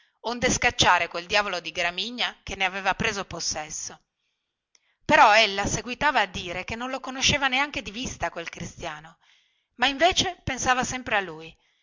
onde scacciare quel diavolo di gramigna che ne aveva preso possesso però ella seguitava a dire che non lo conosceva neanche di vista quel cristiano ma